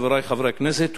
חברי חברי הכנסת,